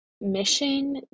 mission